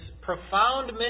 profound